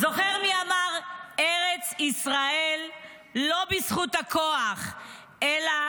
זוכר מי אמר "ארץ ישראל לא בזכות הכוח, אלא